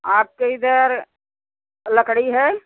आपके इधर लकड़ी है